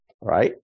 right